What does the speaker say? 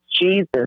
Jesus